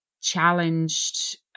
challenged